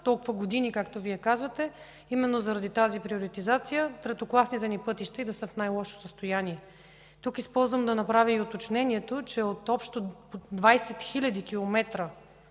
толкова години, както казвате, именно заради тази приоритизация третокласните ни пътища да са в най-лошо състояние. Тук използвам случая да направя и уточнението, че от общо 20 хиляди